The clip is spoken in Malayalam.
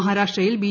മഹാരാഷ്ട്രയിൽ ബി